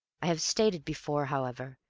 i have stated before, however,